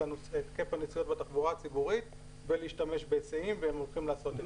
היקף הנסיעות בתחבורה הציבורית ולהשתמש בהיסעים והם הולכים לעשות את זה.